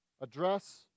address